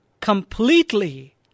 completely